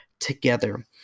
together